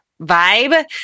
vibe